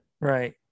right